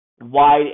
wide